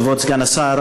כבוד סגן השר,